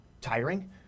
tiring